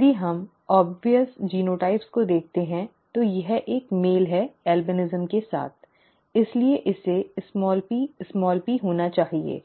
यदि हम स्पष्ट जीनोटाइप को देखते हैं तो यह एक मेल है एल्बिनिज़म के साथ इसलिए इसे pp होना चाहिए